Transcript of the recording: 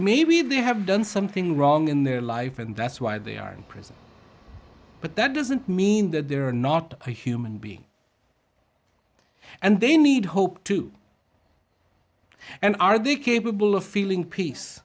maybe they have done something wrong in their life and that's why they are in prison but that doesn't mean that they are not a human being and they need hope too and are they capable of feeling peace